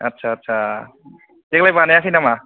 आत्सा आत्सा देग्लाय बानायाखै नामा